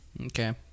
Okay